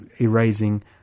erasing